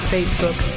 Facebook